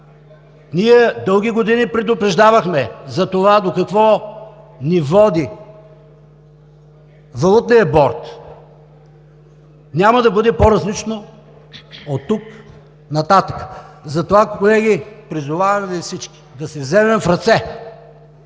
Дълги години ние предупреждавахме за това до какво ни води валутният борд – няма да бъде по-различно оттук нататък. Затова, колеги, призовавам Ви всички – да се вземем в ръце